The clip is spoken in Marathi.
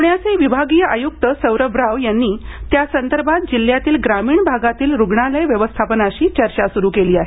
पुण्याचे विभागीय आयुक्त सौरभ राव यांनी त्यासंदर्भात जिल्ह्यातील ग्रामीण भागातील रुग्णालय व्यवस्थापनांशी चर्चा सुरू केली आहे